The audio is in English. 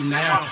now